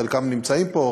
חלקם נמצאים פה,